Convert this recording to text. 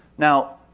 now,